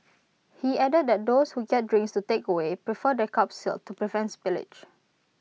he added that those who get drinks to takeaway prefer their cups sealed to prevent spillage